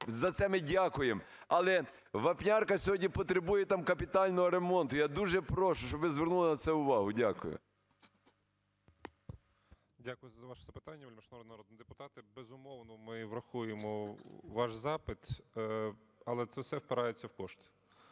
за це ми дякуємо. Але Вапнярка сьогодні потребує там капітального ремонту. Я дуже прошу, щоб ви звернули на це увагу. Дякую. 10:56:29 ОМЕЛЯН В.В. Дякую за ваше запитання. Вельмишановні народні депутати, безумовно, ми врахуємо ваш запит. Але це все впирається в кошти.